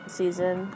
season